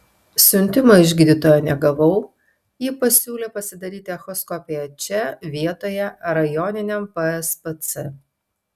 siuntimo iš gydytojo negavau ji pasiūlė pasidaryti echoskopiją čia vietoje rajoniniam pspc